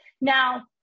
Now